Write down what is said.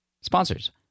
sponsors